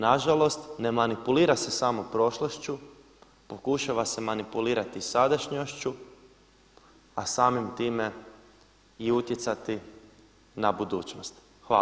Nažalost, ne manipulira se samo prošlošću, pokušava se manipulirati i sadašnjošću, a samim time i utjecati na budućnost.